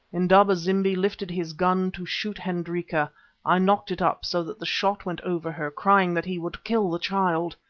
indaba-zimbi lifted his gun to shoot hendrika i knocked it up, so that the shot went over her, crying that he would kill the child.